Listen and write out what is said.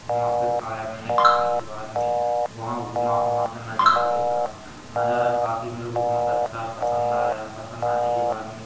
वहाँ पर खाया मैंने खाने के बाद में वहाँ घूमा वहाँ का नज़ारा देखा नज़ारा काफी मेरे को बहुत अच्छा पसंद आया पसंद आने के बाद में